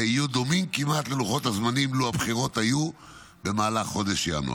היו דומים כמעט ללוחות הזמנים לו הבחירות היו במהלך חודש ינואר.